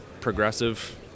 progressive